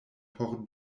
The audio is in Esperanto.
por